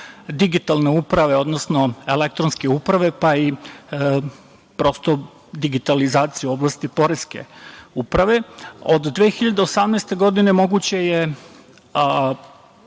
digitalne uprave, odnosno elektronske uprave, pa i digitalizacije u oblasti poreske uprave. Od 2018. godine moguće je